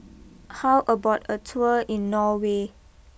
how about a tour in Norway